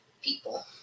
people